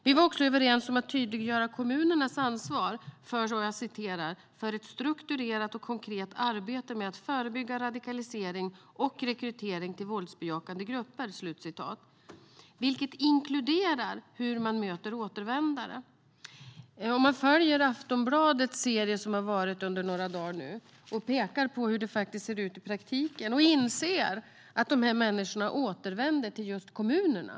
Vi var också överens om att tydliggöra kommunernas ansvar "för ett strukturerat och konkret arbete med att förebygga radikalisering och rekrytering till våldsbejakande grupper". Det inkluderar hur man möter återvändare. Man kan följa Aftonbladets serie som har funnits i några dagar nu. Där pekar tidningen på hur det ser ut i praktiken, och man får inse att de här människorna återvänder till just kommunerna.